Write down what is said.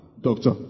Doctor